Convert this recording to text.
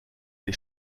die